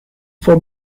for